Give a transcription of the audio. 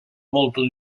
molto